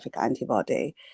antibody